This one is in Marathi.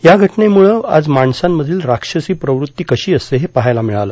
या घटनेमुळं आज माणसांमधील राक्षसी प्रवृत्ती कशी असते हे पहायला मिळालं